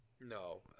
No